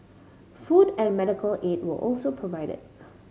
food and medical aid were also provided